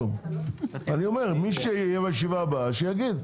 אני אומר שמי שיהיה בישיבה הבאה, שיגיד.